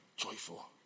joyful